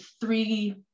three